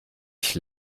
ich